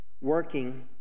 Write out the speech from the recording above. working